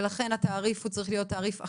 ולכן התעריף צריך להיות תעריף אחר.